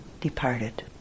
departed